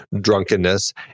drunkenness